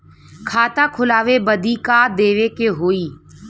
खाता खोलावे बदी का का देवे के होइ?